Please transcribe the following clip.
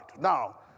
Now